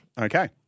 Okay